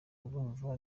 urumva